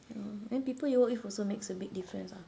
ya then people you work with also makes a big difference ah